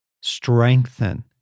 Strengthen